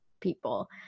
people